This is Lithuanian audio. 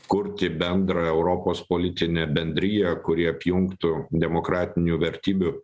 kurti bendrą europos politinę bendriją kuri apjungtų demokratinių vertybių